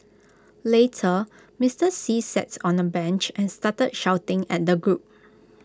later Mister see sats on A bench and started shouting at the group